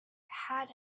had